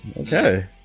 Okay